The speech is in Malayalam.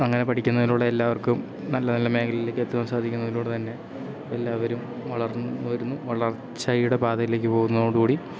അങ്ങനെ പഠിക്കുന്നതിലൂടെ എല്ലാവർക്കും നല്ല നല്ല മേഖലയിലേക്കെത്തുവാൻ സാധിക്കുന്നതിലൂടെ തന്നെ എല്ലാവരും വളർന്ന് വരുന്നു വളർച്ചയുടെ പാതയിലേക്കു പോകുന്നതോടു കൂടി